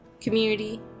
community